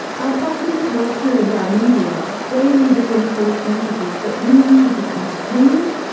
our popular culture and our media daily reinforce messages that women should be entertaining,